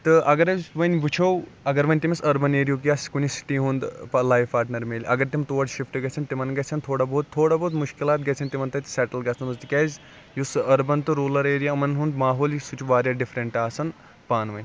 تہٕ اگر أسۍ وۄنۍ وُچھو اگر وۄنۍ تٔمس أربن ایریا ہُک یا کُنہِ سِٹی ہُنٛد پَتہ لایف پاٹنر میلہ اگر تِم تور شِفٹ گژھن تِمن گَژھن تھوڑا بہت تھوڑا بہت مشکِلات گَژھن تِمن تَتہِ سیٹٕلۍ گَژھنس منٛز تکیازِ یُس أربن تہٕ روٗلر ایریا یِمن ہُنٛد ماحوٗل یُس چھُ سُہ چھُ واریاہ ڈِفرنٹ آسان پانہٕ ؤنۍ